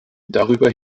darüber